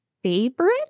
favorite